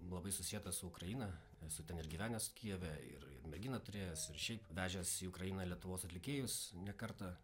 labai susieta su ukraina esu ten ir gyvenęs kijeve ir merginą turėjęs ir šiaip vežęs į ukrainą lietuvos atlikėjus ne kartą